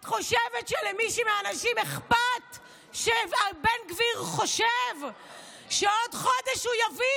את חושבת שלמישהי מהנשים אכפת שבן גביר חושב שעוד חודש הוא יביא,